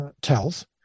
tells